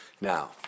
Now